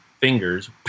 fingers